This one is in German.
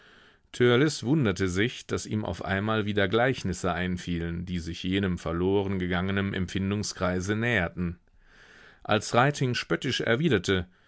törleß wunderte sich daß ihm auf einmal wieder gleichnisse einfielen die sich jenem verloren gegangenen empfindungskreise näherten als reiting spöttisch erwiderte